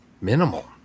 minimal